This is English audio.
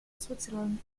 switzerland